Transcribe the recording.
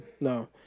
no